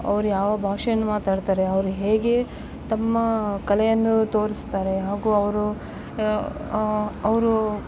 ಅವರು ಯಾವ ಭಾಷೆಯನ್ನು ಮಾತಾಡ್ತಾರೆ ಅವರು ಹೇಗೆ ತಮ್ಮ ಕಲೆಯನ್ನು ತೋರಿಸ್ತಾರೆ ಹಾಗು ಅವರು ಅವರು